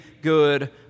good